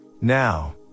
now